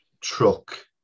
truck